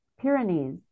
Pyrenees